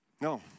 no